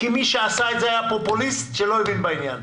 כי מי שעשה את זה היה פופוליסט שלא הבין בעניין.